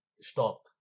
stop